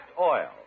Oil